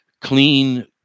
clean